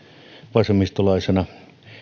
vasemmistolaisena